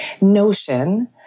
notion